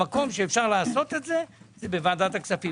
המקום שמאפשר לעשות את זה הוא ועדת הכספים.